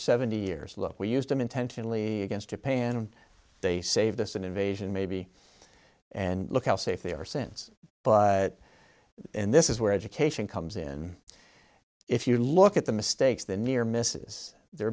seventy years look we used them intentionally against japan and they saved this an invasion maybe and look how safe they are since but and this is where education comes in if you look at the mistakes the near misses there